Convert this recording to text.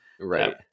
right